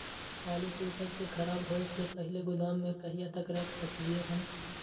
आलु के उपज के खराब होय से पहिले गोदाम में कहिया तक रख सकलिये हन?